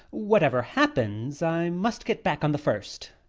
whatever happens, i must get back on the first,